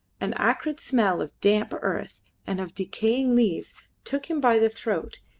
an acrid smell of damp earth and of decaying leaves took him by the throat,